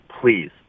please